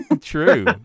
True